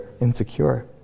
insecure